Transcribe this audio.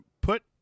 put